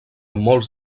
molts